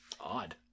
odd